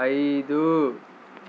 ఐదు